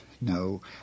No